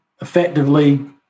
effectively